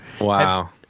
Wow